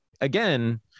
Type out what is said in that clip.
again